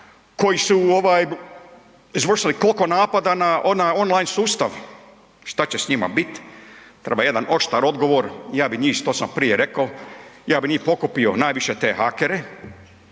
koji su izvršili koliko napada na online sustav? Šta će s njima bit? Treba jedan oštar odgovor, ja bi njih, to sam prije rekao, ja bi njih pokupio najviše te hakere